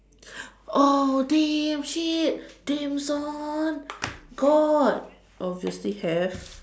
oh damn shit james Bond got obviously have